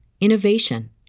innovation